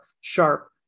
Sharp